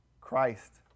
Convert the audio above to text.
Christ